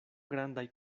grandaj